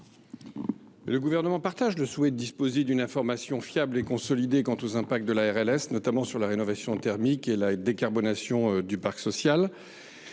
Le Gouvernement partage le souhait de disposer d’une information fiable et consolidée quant aux effets de la RLS, notamment sur la rénovation thermique et sur la décarbonation du parc social.